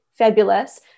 fabulous